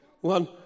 One